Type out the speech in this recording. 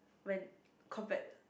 when compared